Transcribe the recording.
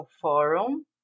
Forum